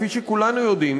כפי שכולנו יודעים,